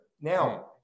Now